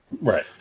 right